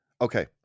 okay